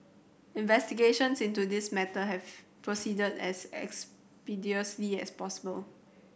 investigations into this matter have proceeded as expeditiously as possible